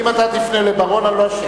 הן, אם אתה תפנה לבר-און, אני לא אפסיק אותו.